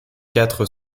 quatre